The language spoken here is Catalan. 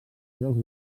jocs